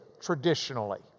traditionally